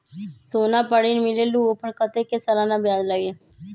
सोना पर ऋण मिलेलु ओपर कतेक के सालाना ब्याज लगे?